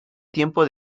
tiempo